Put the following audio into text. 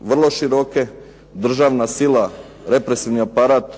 vrlo široke, državna sila, represivni aparat